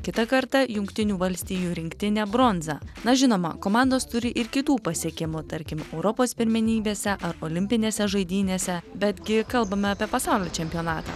kitą kartą jungtinių valstijų rinktinė bronzą na žinoma komandos turi ir kitų pasiekimų tarkim europos pirmenybėse ar olimpinėse žaidynėse betgi kalbame apie pasaulio čempionatą